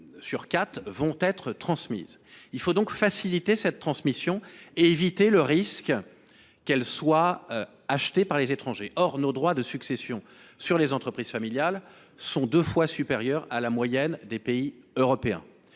Il faut donc faciliter cette transmission et éviter le risque qu’elles soient achetées par des étrangers. Or nos droits de succession sur les entreprises familiales sont deux fois supérieurs en moyenne à ceux des